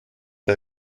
der